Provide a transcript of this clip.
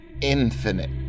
infinite